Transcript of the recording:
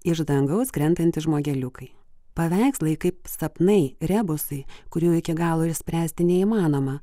iš dangaus krentantys žmogeliukai paveikslai kaip sapnai rebusai kurių iki galo išspręsti neįmanoma